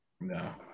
no